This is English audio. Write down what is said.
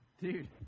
Dude